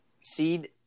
seed